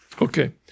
Okay